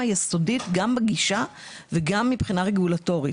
יסודית גם בגישה וגם מבחינה רגולטורית.